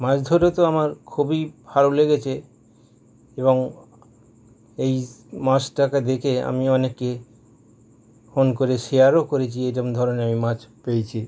মাছ ধরে তো আমার খুবই ভালো লেগেছে এবং এই মাছটাকে দেখে আমি অনেকই ফোন করেছি আরও করেছি এরকম ধরনের আমি মাছ পেয়েছি